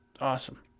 awesome